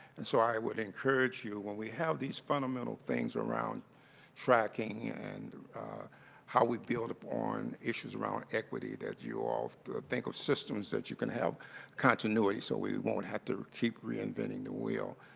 and so i would encourage you when we have these fundamental things around tracking and how we build upon issues around equity that you all think of systems that you can have continuity so we won't have to keep reinventing the wheel.